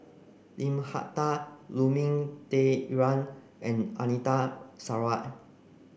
Lim Hak Tai Lu Ming Teh Earl and Anita Sarawak